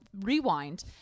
rewind